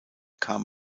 kam